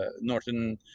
northern